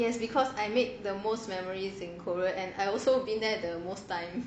yes because I made the most memories in korea and I also been there the most time